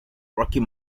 rocky